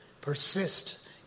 Persist